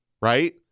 right